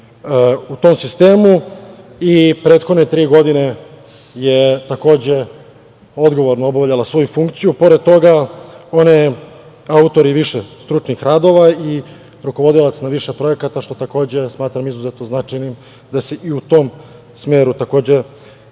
u tom sistemu. Prethodne tri godine je, takođe, odgovorno obavljala svoju funkciju. Pored toga, ona je autor i više stručnih radova i rukovodilac na više projekata, što smatram izuzetno značajnim da se i u tom smeru takođe